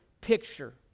picture